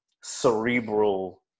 cerebral